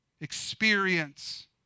experience